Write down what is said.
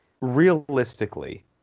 Realistically